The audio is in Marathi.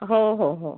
हो हो हो